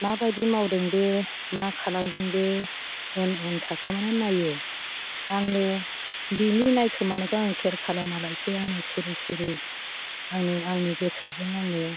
माबादि मावदों बे मा खालामदों बे उन उन थाखोमानानै नायो आङो बिनि नायखोमानायखौ आङो खेर खालामा लासे आङो सिरि सिरि आंनि गोसोजों आङो